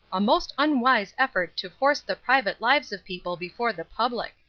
a most unwise effort to force the private lives of people before the public.